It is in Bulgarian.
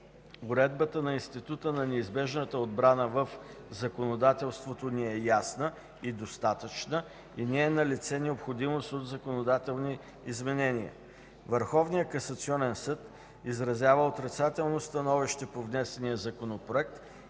уредбата на института на неизбежната отбрана в законодателството ни е ясна и достатъчна и не е налице необходимост от законодателни изменения. Върховният касационен съд изразява отрицателно становище по внесения Законопроект,